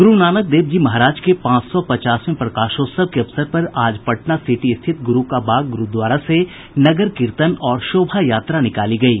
गूरूनानक देव जी के पांच सौ पचासवें प्रकाशोत्सव के अवसर पर आज पटना सिटी स्थित गुरू का बाग गुरूद्वारा से नगर कीर्तन और शोभा यात्रा निकाली गयी